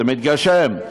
זה מתגשם.